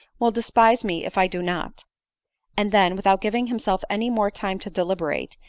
will despise me if i do not and then, without giving himself any more time to deliberate,